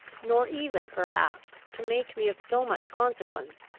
nor even perhaps to make me of so much consequence,